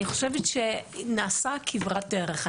אני חושבת שנעשתה כברת דרך.